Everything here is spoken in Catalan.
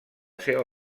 seva